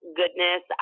goodness